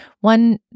one